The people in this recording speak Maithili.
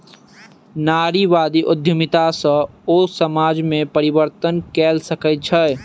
नारीवादी उद्यमिता सॅ ओ समाज में परिवर्तन कय सकै छै